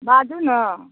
बाजू ने